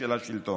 של השלטון.